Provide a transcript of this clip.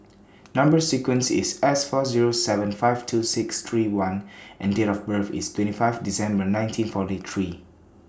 Number sequence IS S four Zero seven five two six three one and Date of birth IS twenty five December nineteen forty three